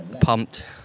pumped